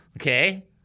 Okay